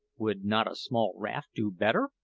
would not a small raft do better?